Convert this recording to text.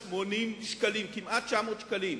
כמעט 900 שקלים.